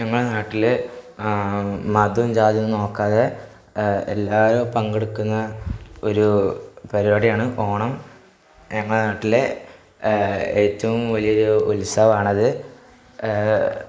ഞങ്ങളുടെ നാട്ടില് മതവും ജാതിയും ഒന്നും നോക്കാതെ എല്ലാവരും പങ്കെടുക്കുന്ന ഒരു പരിപാടിയാണ് ഓണം ഞങ്ങളുടെ നാട്ടിലെ ഏറ്റവും വലിയൊരു ഉത്സവമാണത്